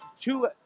two